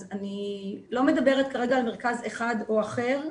אז אני לא מדברת כרגע על מרכז אחד או אחר ספציפי,